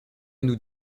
nous